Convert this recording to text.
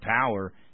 power